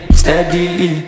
steadily